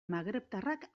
magrebtarrak